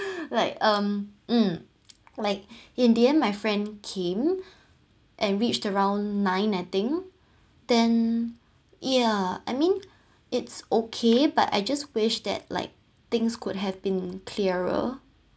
like um like in the end my friend came and reached around nine I think then yeah I mean it's okay but I just wish that like things could have been clearer